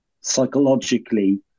psychologically